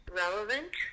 relevant